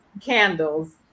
candles